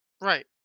Right